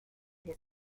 his